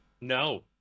No